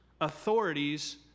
authorities